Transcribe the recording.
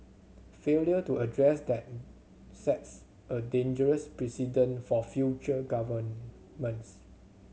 failure to address that sets a dangerous precedent for future governments